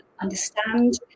understand